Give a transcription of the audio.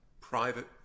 private